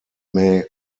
mae